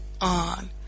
on